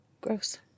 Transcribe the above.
Gross